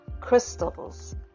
crystals